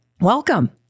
Welcome